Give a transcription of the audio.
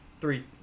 three